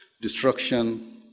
destruction